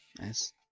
Nice